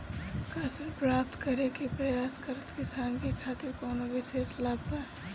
का ऋण प्राप्त करे के प्रयास करत किसानन के खातिर कोनो विशेष लाभ बा